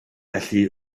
felly